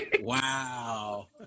Wow